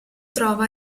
trova